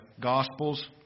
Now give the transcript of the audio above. Gospels